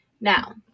now